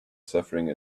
suffering